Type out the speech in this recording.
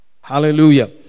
Hallelujah